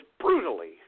brutally